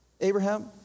Abraham